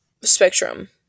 spectrum